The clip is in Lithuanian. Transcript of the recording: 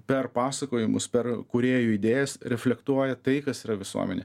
per pasakojimus per kūrėjų idėjas reflektuoja tai kas yra visuomenėj